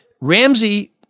Ramsey